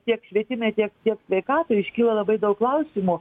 tiek švietime tiek tiek sveikatai iškyla labai daug klausimų